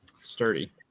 Sturdy